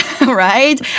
Right